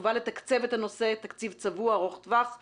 חובה לתקצב את הנושא תקציב צבוע ארוך טווח וכדומה.